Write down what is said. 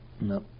No